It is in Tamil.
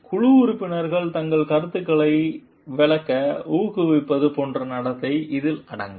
எனவே குழு உறுப்பினர்கள் தங்கள் கருத்துக்களையும் கருத்துக்களையும் விளக்க ஊக்குவிப்பது போன்ற நடத்தை இதில் அடங்கும்